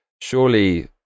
Surely